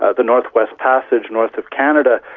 ah the northwest passage north of canada,